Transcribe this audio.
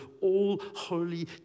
all-holy